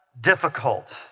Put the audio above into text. difficult